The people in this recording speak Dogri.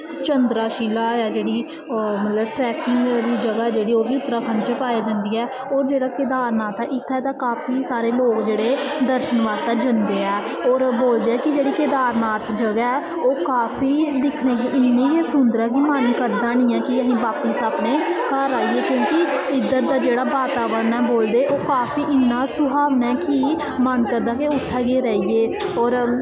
चन्द्राशिला ऐ जेह्ड़ी ओह् मतलब ट्रकिंग आह्ली जगह् जेह्ड़ी ओह् बी उत्तराखण्ड च पाई जंदी ऐ ओह् जेह्ड़ा केदारनाथ ऐ इत्थें ते काफी सारे लोग जेह्ड़े दर्शन बास्तै जंदे ऐ होर बोलदे ऐ कि जेह्ड़ी केदारनाथ जगह् ऐ ओह् काफी दिक्खने गी इन्नी गै सुन्दर ऐ कि मन करदा ऐ निं ऐ कि अस बापस अपने घर आइए क्योंकि इद्धर दा जेह्ड़ा वातावरण ऐ बोलदे ओह् काफी इन्ना सुहावना ऐ कि मन करदा के उत्थें गै रेहिये होर